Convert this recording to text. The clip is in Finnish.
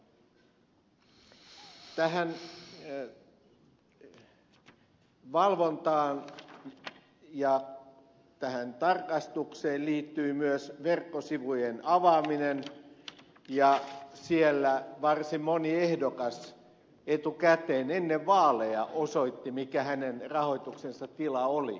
tähän valvontaan ja tarkastukseen liittyy myös verkkosivujen avaaminen ja siellä varsin moni ehdokas etukäteen ennen vaaleja osoitti mikä hänen rahoituksensa tila oli